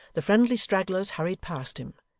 the friendly stragglers hurried past him,